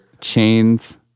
chains